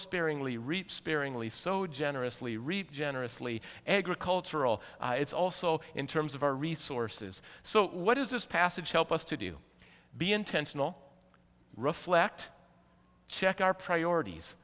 sparingly reap sparingly so generously reap generously agricultural it's also in terms of our resources so what does this passage help us to do be intentional reflect check our priorities